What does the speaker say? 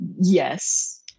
Yes